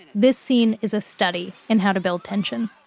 this scene is a study in how to build tension.